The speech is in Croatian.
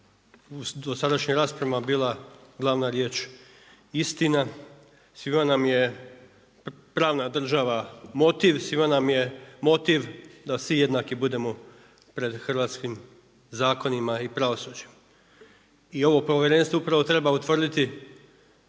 dosadašnjim raspravama bila glavna riječ istina, svima nam je pravna država motiv, svima nam je motiv da svi jednaki budemo pred hrvatskim zakonima i pravosuđem. I ovo povjerenstvo upravo treba utvrditi,